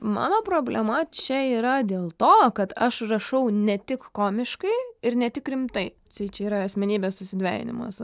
mano problema čia yra dėl to kad aš rašau ne tik komiškai ir ne tik rimtai tai čia yra asmenybės susidvejinimas